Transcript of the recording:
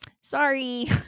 Sorry